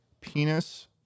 penis